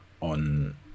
on